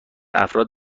افراد